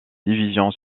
divisions